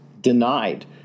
denied